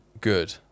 good